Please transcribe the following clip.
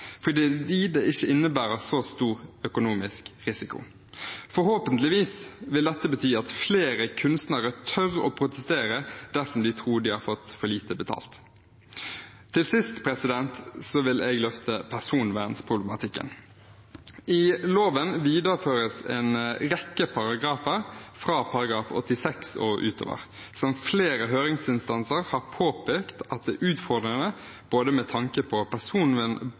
fordi det ikke innebærer så stor økonomisk risiko. Forhåpentligvis vil dette bety at flere kunstnere tør å protestere dersom de tror de har fått for lite betalt. Til sist vil jeg løfte personvernproblematikken. I loven videreføres en rekke paragrafer, fra § 86 og utover, som flere høringsinstanser har påpekt at er utfordrende med tanke på